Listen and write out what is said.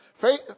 Faith